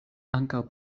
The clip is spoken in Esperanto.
ankaŭ